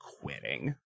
quitting